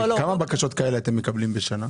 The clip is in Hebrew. כמה בקשות כאלה אתם מקבלים בשנה?